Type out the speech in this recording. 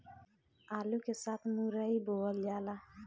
आलू के साथ मुरई बोअल जाला